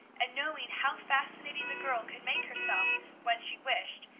and knowing how fascinating the girl could make herself when she wished,